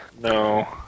No